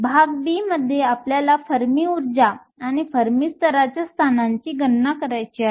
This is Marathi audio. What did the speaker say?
भाग b मध्ये आम्हाला फर्मी ऊर्जा किंवा फर्मी स्तराच्या स्थानाची गणना करायची आहे